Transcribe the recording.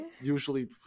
usually